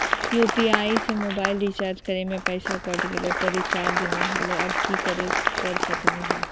UPI से mobile recharge करे में पैसा कट गेलई, पर रिचार्ज नई होलई, अब की कर सकली हई?